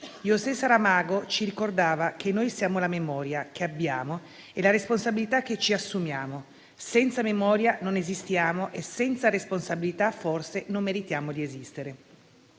José Saramago ci ricordava che noi siamo la memoria che abbiamo e la responsabilità che ci assumiamo. Senza memoria non esistiamo e senza responsabilità forse non meritiamo di esistere,